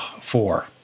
four